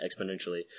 exponentially